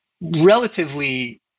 relatively